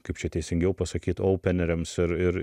kaip čia teisingiau pasakyt oupeneriams ir ir